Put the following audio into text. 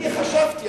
אני חשבתי,